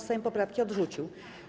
Sejm poprawki odrzucił.